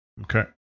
Okay